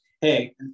Hey